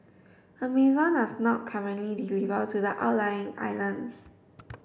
Amazon does not currently deliver to the outlying islands